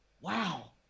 wow